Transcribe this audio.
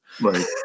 Right